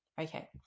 Okay